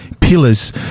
pillars